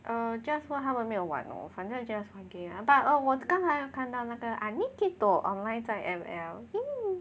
err just 问他们没有玩 lor 反正 just one game but 我刚才看到那个 Aniketo online 在 M_L